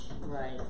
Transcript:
Right